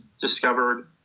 discovered